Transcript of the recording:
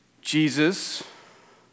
Jesus